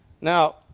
Now